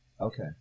okay